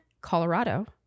Colorado